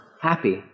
happy